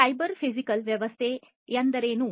ಆದ್ದರಿಂದ cyber physical ವ್ಯವಸ್ಥೆ ಎಂದರೇನು